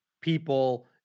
people